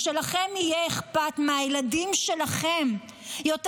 כשלכם יהיה אכפת מהילדים שלכם יותר